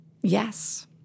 Yes